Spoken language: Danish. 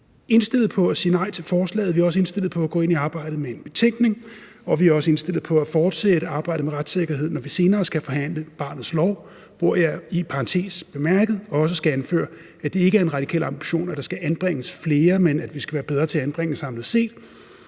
indstillet på at sige nej til forslaget, og vi er også indstillet på at gå ind i arbejdet med en betænkning, og vi er også indstillet på at fortsætte arbejdet med retssikkerhed, når vi senere skal forhandle barnets lov, hvor jeg i parentes bemærket også skal anføre, at det ikke er en radikal ambition, at der skal anbringes flere, men at vi skal være bedre til at anbringe samlet set.